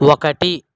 ఒకటి